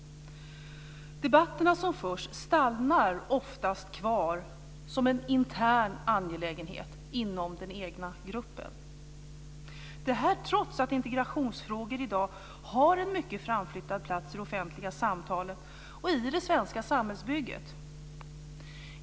Debatterna som förs förblir oftast en intern angelägenhet inom den egna gruppen - detta trots att integrationsfrågor i dag har en mycket framflyttad plats i det offentliga samtalet och i det svenska samhällsbygget.